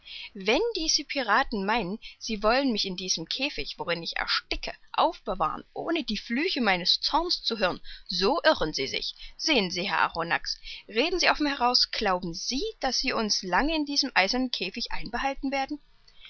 wenn diese piraten meinen sie wollen mich in diesem käfig worin ich ersticke aufbewahren ohne die flüche meines zorns zu hören so irren sie sich sehen sie herr arronax reden sie offen heraus glauben sie daß sie uns lange in diesem eisernen käfig einbehalten werden